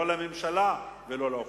לא לממשלה ולא לאופוזיציה.